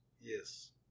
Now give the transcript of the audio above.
Yes